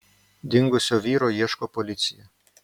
dingusio vyro ieško policija